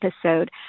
episode